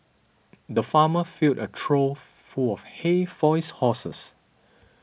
the farmer filled a trough full of hay for his horses